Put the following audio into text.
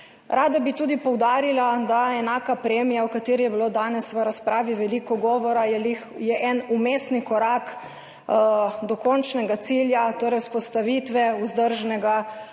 Rada bi tudi poudarila, da je enaka premija, o kateri je bilo danes v razpravi veliko govora, en vmesni korak do končnega cilja, torej vzpostavitve vzdržnega